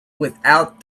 without